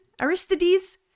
Aristides